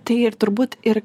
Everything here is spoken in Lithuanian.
tai ir turbūt ir